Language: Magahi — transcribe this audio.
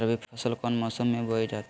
रबी फसल कौन मौसम में बोई जाती है?